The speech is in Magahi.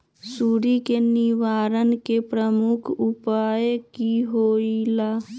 सुडी के निवारण के प्रमुख उपाय कि होइला?